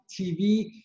TV